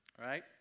right